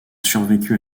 survécu